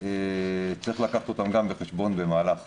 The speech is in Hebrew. צריך לקחת גם אותם בחשבון במהלך